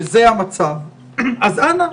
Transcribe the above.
שזה המצב, אז אנא,